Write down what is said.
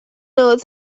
note